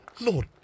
Lord